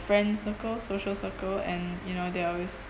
friend circle social circle and you know they're always